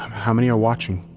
um how many are watching?